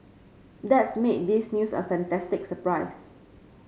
that's made this news a fantastic surprise